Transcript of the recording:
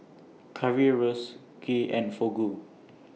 Currywurst Kheer and Fugu